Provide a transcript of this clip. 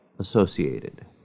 associated